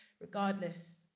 Regardless